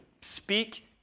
speak